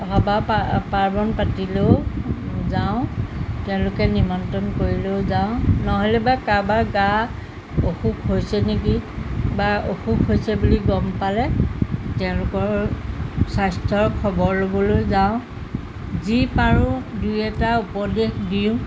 সভা পা পাৰ্বণ পাতিলেও যাওঁ তেওঁলোকে নিমন্ত্ৰণ কৰিলেও যাওঁ নহ'লে বা কাৰোবাৰ গা অসুখ হৈছে নেকি বা অসুখ হৈছে বুলি গম পালে তেওঁলোকৰ স্বাস্থ্যৰ খবৰ ল'বলৈ যাওঁ যি পাৰোঁ দুই এটা উপদেশ দিওঁ